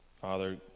Father